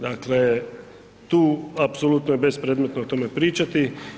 Dakle, tu apsolutno je bespredmetno o tome pričati.